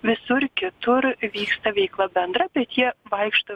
visur kitur vyksta veikla bendra bet jie vaikšto